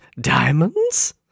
diamonds